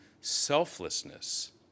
selflessness